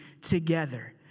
together